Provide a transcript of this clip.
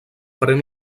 pren